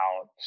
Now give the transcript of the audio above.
out